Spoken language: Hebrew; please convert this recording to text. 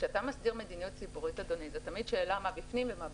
כשאתה מסדיר מדיניות ציבורית זה תמיד שאלה מה בפנים ומה בחוץ.